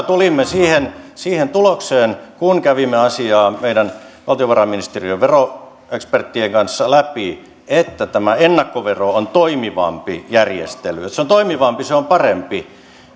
tulimme siihen siihen tulokseen kun kävimme asiaa meidän valtiovarainministeriön veroeksperttien kanssa läpi että tämä ennakkovero on toimivampi järjestely se on toimivampi se on parempi